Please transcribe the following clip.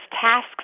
tasks